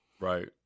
Right